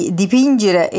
dipingere